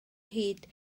hyd